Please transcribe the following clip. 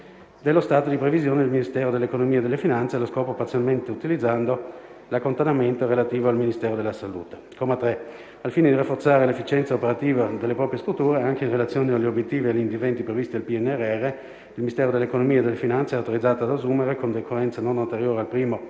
dello stato di previsione del Ministero dell'economia e delle finanze, allo scopo utilizzando l'accantonamento relativo al Ministero della salute. 2. Al fine di rafforzare l'efficienza operativa delle proprie strutture, anche in relazione agli obiettivi e agli interventi previsti dal PNRR, il Ministero dell'economia e delle finanze è autorizzato ad assumere con decorrenza non anteriore al 1°